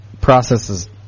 processes